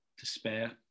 despair